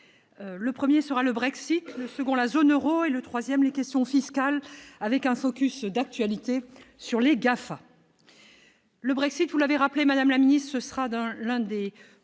: le 1er sera le Brexit le second, la zone Euro et le 3ème, les questions fiscales, avec un focus d'actualité sur les gaffes, le Brexit, vous l'avez rappelé : Madame la Ministre, ce sera dans